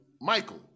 Michael